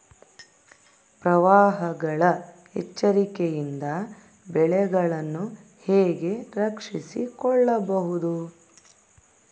ಪ್ರವಾಹಗಳ ಎಚ್ಚರಿಕೆಯಿಂದ ಬೆಳೆಗಳನ್ನು ಹೇಗೆ ರಕ್ಷಿಸಿಕೊಳ್ಳಬಹುದು?